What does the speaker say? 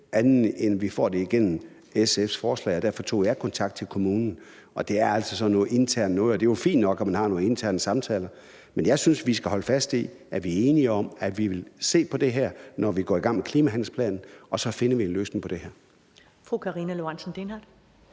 andet end igennem SF's forslag, og derfor tog jeg kontakt til kommunen. Det er altså sådan noget internt noget, og det er jo fint nok, at man har nogle interne samtaler, men jeg synes, at vi skal holde fast i, at vi er enige om, at vi vil se på det her, når vi går i gang med klimahandlingsplanen, og så finder vi en løsning på det her.